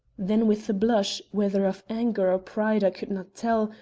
then with a blush, whether of anger or pride i could not tell,